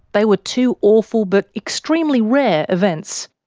they were two awful but extremely rare events.